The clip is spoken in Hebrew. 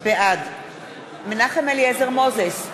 בעד מנחם אליעזר מוזס,